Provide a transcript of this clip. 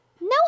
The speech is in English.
No